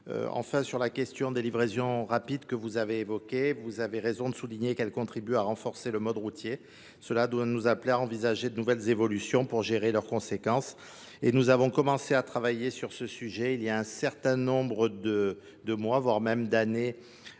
Enfin, sur la question des livraisons rapides que vous avez évoquées, vous avez raison de souligner qu'elles contribuent à renforcer le mode routier. Cela doit nous appeler à envisager de nouvelles évolutions pour gérer leurs conséquences. Et nous avons commencé à travailler sur ce sujet il y a un certain nombre de mois, voire même d'années,